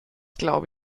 glaube